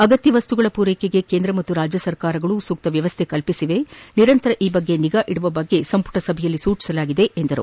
ಅಗತ್ಯ ವಸ್ತುಗಲ ಪೂರೈಕೆಗೆ ಕೇಂದ್ರ ಮತ್ತು ರಾಜ್ಯ ಸರ್ಕಾರಗಳು ಸೂಕ್ತ ವ್ಯವಸ್ಥೆ ಕಲ್ಪಿಸಿದ್ದು ನಿರಂತರ ಈ ಬಗ್ಗೆ ನಿಗಾ ಇಡುವ ಬಗ್ಗೆ ಸಂಪುಟ ಸಭೆಯಲ್ಲಿ ಸೂಚಿಸಲಾಯಿತು ಎಂದು ತಿಳಿಸಿದರು